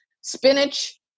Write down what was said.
spinach